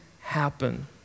happen